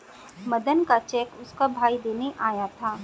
मदन का चेक उसका भाई देने आया था